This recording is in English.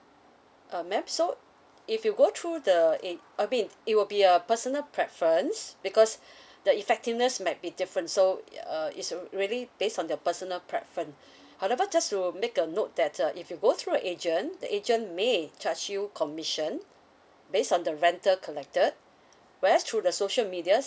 um mam so if you go through the ag~ a bit it will be a personal preference because the effectiveness might be different so uh is really based on the personal preference however just to make a note that uh if you go through the agent the agent may charge you commission based on the rental collected where's through the social media